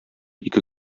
ике